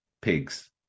pigs